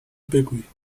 بگویی